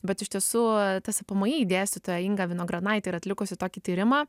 bet iš tiesų tspmi dėstytoja inga vinogradnaitė yra atlikusi tokį tyrimą